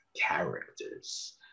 characters